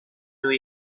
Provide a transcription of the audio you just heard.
thing